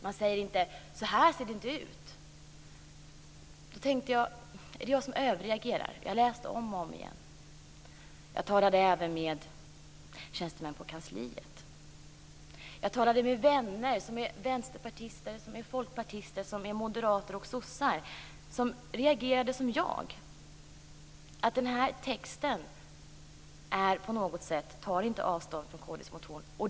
Man säger inte att det inte ser ut så. Jag undrade om det var jag som överreagerade. Jag läste formuleringen om och om igen. Jag talade även med tjänstemän på kansliet. Jag talade med vänner som är vänsterpartister, folkpartister, moderater och sossar. De reagerade som jag. I texten tar man inte ordentligt avstånd från kd:s motion.